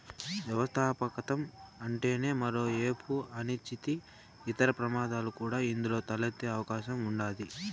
వ్యవస్థాపకతం అట్లనే మరో ఏపు అనిశ్చితి, ఇతర ప్రమాదాలు కూడా ఇందులో తలెత్తే అవకాశం ఉండాది